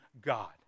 God